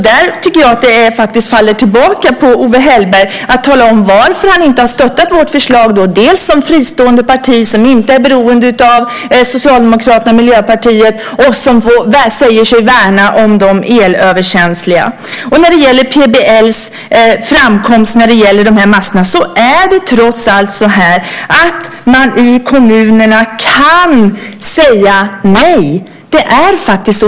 Där tycker jag faktiskt att det faller tillbaka på Owe Hellberg att tala om varför han inte har stött vårt förslag som fristående parti som inte är beroende av Socialdemokraterna och Miljöpartiet och som säger sig värna om de elöverkänsliga. När det gäller PBL och de här masterna är det trots allt så att man i kommunerna kan säga nej. Det är faktiskt så.